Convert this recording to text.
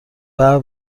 ببر